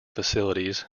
facilities